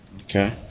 Okay